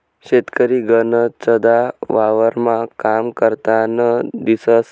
शेतकरी गनचदा वावरमा काम करतान दिसंस